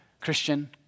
Christian